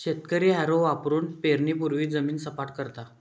शेतकरी हॅरो वापरुन पेरणीपूर्वी जमीन सपाट करता